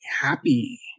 happy